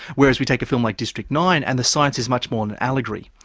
whereas we take a film like district nine and the science is much more an allegory.